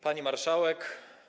Pani Marszałek!